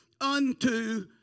unto